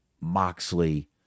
Moxley